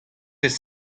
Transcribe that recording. vez